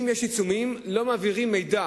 אם יש עיצומים, לא מעבירים מידע